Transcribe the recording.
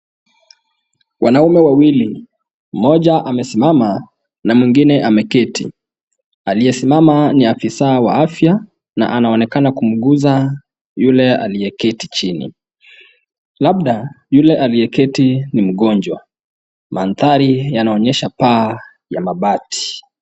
Wanaume wawili, mmoja amesimama na mwingine ameketi. Aliyesimama ni afisa wa afya na anaonekana kumguza yule aliyeketi chini. Labda yule aliyeketi ni mgonjwa. Maandhari yanaonyesha paa ya mabati.